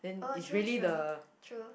oh true true true